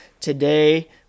Today